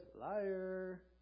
liar